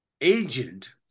agent